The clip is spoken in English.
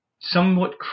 somewhat